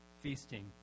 feasting